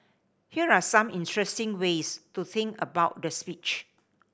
here are some interesting ways to think about the speech